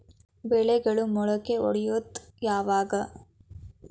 ಬೆಳೆಗಳು ಮೊಳಕೆ ಒಡಿಯೋದ್ ಯಾವಾಗ್?